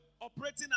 Operating